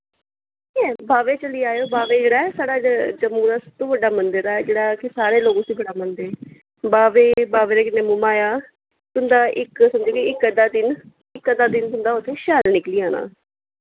ते बावे चली जाओ बावे जेह्ड़ा ऐ साढ़ा जम्मू दा सबतो बड्डा मंदर ऐ जेह्ड़ा कि सारे लोक उस्सी बड़ा मनदे बावे दे कन्नै मोह माया तुं'दा इक समझो कि इक अद्दा दिन इक अद्दा दिन तुं'दा उत्थै शैल निकली जाना